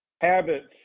Habits